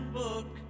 book